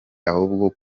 ahubwo